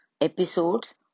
Episodes